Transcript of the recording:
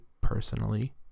personally